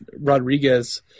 Rodriguez